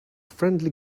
friendly